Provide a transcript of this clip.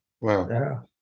Wow